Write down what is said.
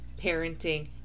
parenting